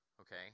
Okay